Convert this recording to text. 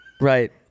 right